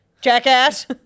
jackass